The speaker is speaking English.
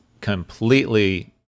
completely